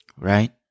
right